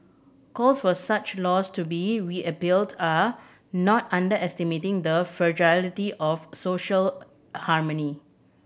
calls for such laws to be are not underestimating the fragility of social harmony